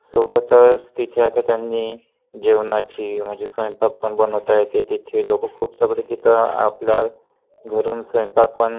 सोबतच तिथे आता त्यांनी जेवणाची म्हणजे स्वयंपाक पण बनवता येते तिथे लोक खूप सगळे तिथं आपल्या घरून स्वयंपाक पण